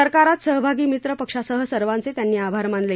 सरकारात सहभागी मित्र पक्षासह सर्वांचे त्यांनी आभार मानले